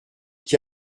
qui